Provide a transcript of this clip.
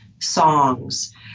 songs